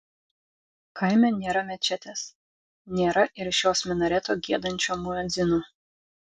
kaime nėra mečetės nėra ir iš jos minareto giedančio muedzino